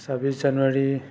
ছাব্বিছ জানুৱাৰী